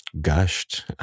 gushed